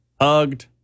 hugged